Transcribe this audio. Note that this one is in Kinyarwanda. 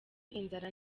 inzara